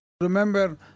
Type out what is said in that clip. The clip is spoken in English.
remember